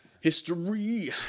History